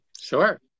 Sure